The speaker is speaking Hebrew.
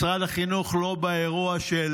משרד החינוך לא באירוע של